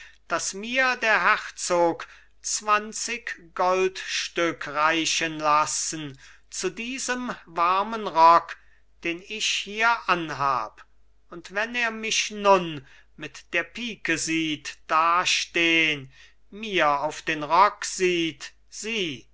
daß mir der herzog zwanzig goldstück reichen lassen zu diesem warmen rock den ich hier anhab und wenn er mich nun mit der pike sieht dastehn mir auf den rock sieht sieh